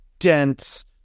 dense